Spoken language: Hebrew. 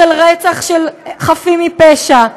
של רצח של חפים מפשע,